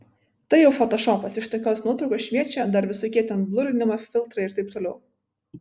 tai jau fotošopas iš tokios nuotraukos šviečia dar visokie ten blurinimo filtrai ir taip toliau